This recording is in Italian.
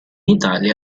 italia